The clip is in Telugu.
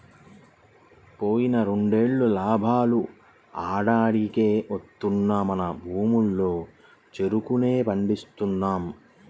పోయిన రెండేళ్ళు లాభాలు ఆడాడికే వత్తన్నా మన భూముల్లో చెరుకునే పండిస్తున్నాం